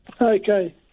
Okay